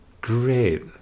Great